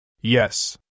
Yes